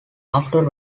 after